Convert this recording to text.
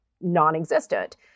non-existent